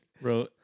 bro